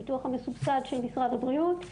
הביטוח המסובסד של משרד הבריאות.